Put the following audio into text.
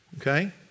Okay